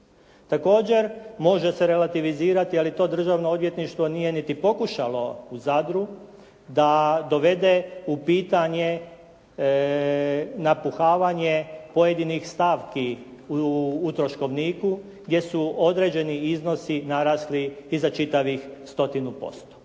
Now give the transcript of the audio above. Također može se relativizirati, ali to državno odvjetništvo nije niti pokušalo u Zadru da dovede u pitanje napuhvanje pojedinih stavki u troškovniku, gdje su određeni iznosi narasli i za čitavih 100-tinu%.